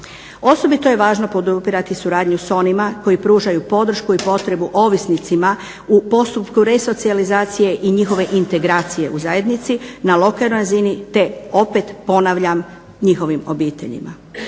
Osobito je važno podupirati suradnju s onima koji pružaju podršku i potrebu ovisnicima u postupku resocijalizacije i njihove integracije u zajednici na lokalnoj razini te opet ponavljam njihovim obiteljima.